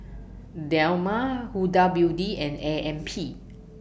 Dilmah Huda Beauty and A M P